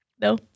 No